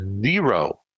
Zero